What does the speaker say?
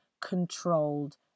controlled